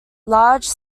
large